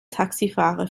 taxifahrer